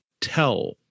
tell